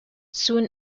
soon